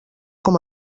com